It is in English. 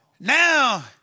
Now